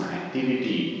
activity